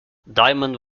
diamond